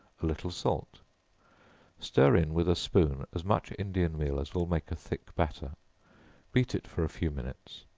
a little salt stir in with a spoon as much indian meal as will make a thick batter beat it for a few minutes,